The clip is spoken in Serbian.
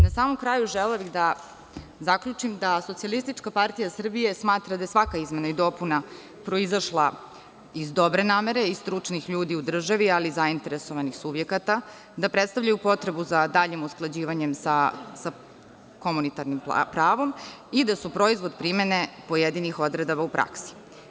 Na samom kraju želela bih da zaključim da SPS smatra da je svaka izmena i dopuna proizašla iz dobre namere i stručnih ljudi u državi, ali i zainteresovanih subjekata, da predstavljaju potrebu za daljim usklađivanjem sa komunitarnim pravom i da su proizvod primene pojedinih odredaba u praksi.